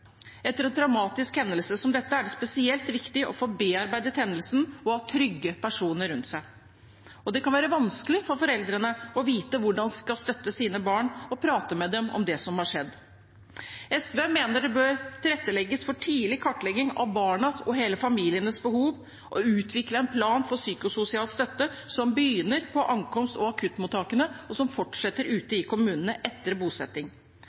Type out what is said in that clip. Etter en traumatisk hendelse som dette er det spesielt viktig å få bearbeidet hendelsen og ha trygge personer rundt seg. Det kan være vanskelig for foreldrene å vite hvordan de skal støtte sine barn og prate med dem om det som har skjedd. SV mener det bør tilrettelegges for tidlig kartlegging av barnas og hele familiens behov, og det bør utvikles en plan for psykososial støtte, som begynner på ankomst- og akuttmottakene, og som fortsetter ute i kommunene etter bosetting.